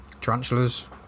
Tarantulas